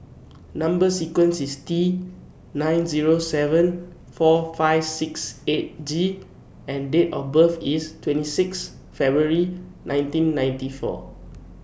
Number sequence IS T nine Zero seven four five six eight G and Date of birth IS twenty six February nineteen ninety four